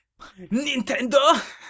Nintendo